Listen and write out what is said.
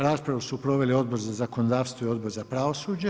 Raspravu su proveli Odbor za zakonodavstvo i Odbor za pravosuđe.